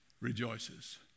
rejoices